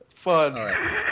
fun